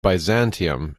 byzantium